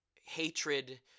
hatred